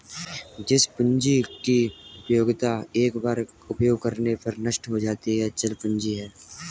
जिस पूंजी की उपयोगिता एक बार उपयोग करने पर नष्ट हो जाती है चल पूंजी है